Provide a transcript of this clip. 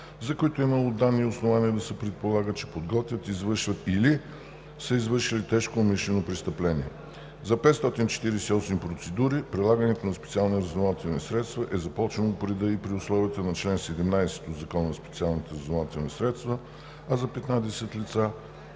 за които е имало данни и основание да се предполага, че подготвят, извършват или са извършили тежко умишлено престъпление. За 548 процедури прилагането на специални разузнавателни средства е започнало по реда и при условията на чл. 17 от Закона за специалните разузнавателни средства, а за 15 лица